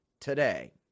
today